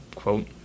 quote